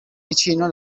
vicino